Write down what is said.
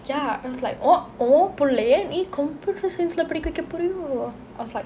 ya I was like like oh உன் பிள்ளையை நீ:un pillaiye nee computer science leh படிக்க வைக்க போறியா:padikka vaikka poriyo I was like